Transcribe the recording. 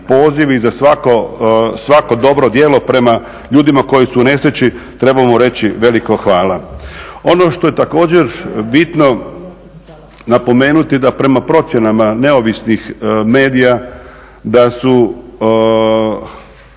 poziv i za svako dobro djelo prema ljudima koji su u nesreći trebamo reći veliko hvala. Ono što je također bitno napomenuti da prema procjenama neovisnih medija, da su